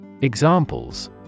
Examples